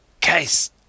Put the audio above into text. Case